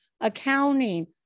accounting